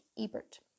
Ebert